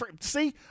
see